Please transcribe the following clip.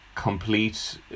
complete